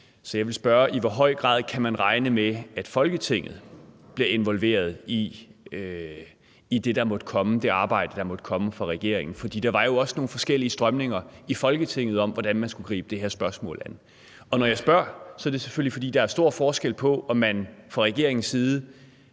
Så jeg vil spørge: I hvor høj grad kan man regne med, at Folketinget bliver involveret i det, der måtte komme, altså i det arbejde, der måtte komme fra regeringens side? For der var jo også nogle forskellige strømninger i Folketinget, med hensyn til hvordan man skulle gribe det her spørgsmål an. Og når jeg spørger, er det selvfølgelig, fordi der er stor forskel på, om man fra regeringens side